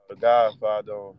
Godfather